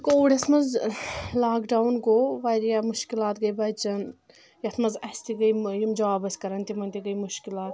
کووِڈس منٛز lockdown گوٚو واریاہ مُشکلات گٔے بچن یتھ منٛز اسہِ تہِ گٔیہِ یِم جاب ٲسۍ کران تِمن تہِ گٔے مُشکِلات